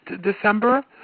December